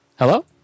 Hello